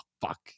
fuck